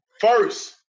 first